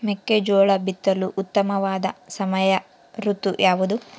ಮೆಕ್ಕೆಜೋಳ ಬಿತ್ತಲು ಉತ್ತಮವಾದ ಸಮಯ ಋತು ಯಾವುದು?